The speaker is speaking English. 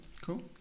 Cool